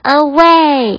away